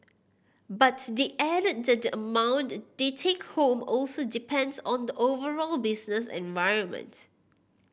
but they added that the amount they take home also depends on the overall business environment